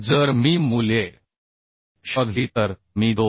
जर मी मूल्ये शॉधली तर मी 2